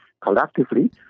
collectively